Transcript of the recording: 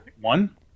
One